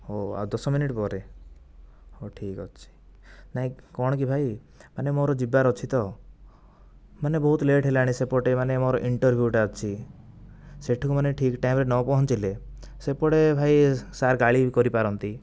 ହଉ ଆଉ ଦଶ ମିନିଟ ପରେ ହେଉ ଠିକ ଅଛି ନାଇଁ କଣ କି ଭାଇ ମାନେ ମୋର ଯିବାର ଅଛି ତ ମାନେ ବହୁତ ଲେଟ୍ ହେଲାଣି ସେପଟେ ମାନେ ମୋର ଇଣ୍ଟର୍ଭିଉ ଟା ଅଛି ସେଠିକୁ ମାନେ ଠିକ ଟାଇମ ରେ ନ ପହଞ୍ଚିଲେ ସେପଟେ ଭାଇ ସାର୍ ଗାଳି ବି କରିପାରନ୍ତି